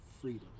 freedom